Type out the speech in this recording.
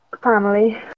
family